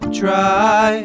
try